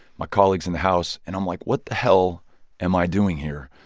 my colleagues in the house. and i'm like, what the hell am i doing here?